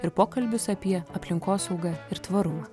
ir pokalbius apie aplinkosaugą ir tvarumą